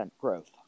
growth